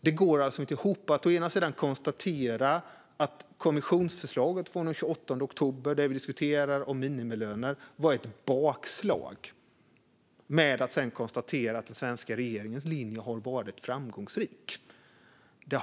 Det går alltså inte ihop att å ena sidan konstatera att kommissionens förslag från den 28 oktober om minimilöner var ett bakslag, å andra sidan konstatera att den svenska regeringens linje har varit framgångsrik. Fru talman!